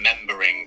remembering